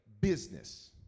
Business